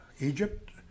Egypt